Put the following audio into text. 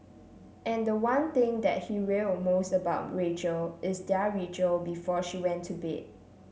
and the one thing that he will most about Rachel is their ritual before she went to bed